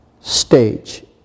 stage